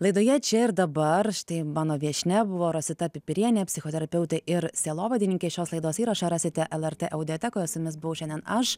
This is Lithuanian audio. laidoje čia ir dabar štai mano viešnia buvo rosita pipirienė psichoterapeutė ir sielovadininkė šios laidos įrašą rasite lrt audiotekoje su jumis šiandien buvau aš